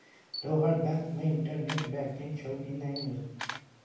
तोहर बैंक मे internet banking छौ कि नै